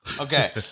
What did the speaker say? Okay